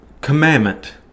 commandment